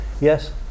yes